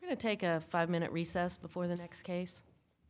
going to take a five minute recess before the next case